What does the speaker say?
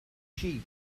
sheep